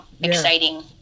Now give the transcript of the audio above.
exciting